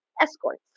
escorts